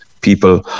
people